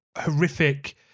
horrific